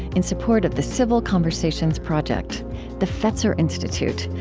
in support of the civil conversations project the fetzer institute,